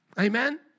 Amen